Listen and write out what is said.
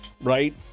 right